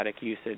usage